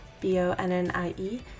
B-O-N-N-I-E